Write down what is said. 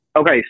Okay